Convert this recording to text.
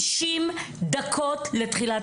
50 דקות לתחילת